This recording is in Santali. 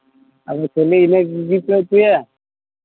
ᱟᱫᱚ ᱠᱷᱟᱹᱞᱤ ᱤᱱᱟᱹᱜ ᱜᱮ ᱡᱤᱞ ᱯᱮ ᱩᱛᱩᱭᱟ